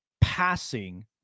passing